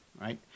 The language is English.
right